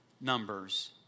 numbers